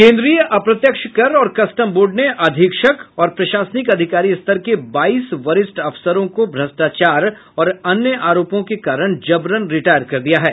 केन्द्रीय अप्रत्यक्ष कर और कस्टम बोर्ड ने अधीक्षक और प्रशासनिक अधिकारी स्तर के बाईस वरिष्ठ अफसरों को भ्रष्टाचार और अन्य आरोपों के कारण जबरन रिटायर कर दिया है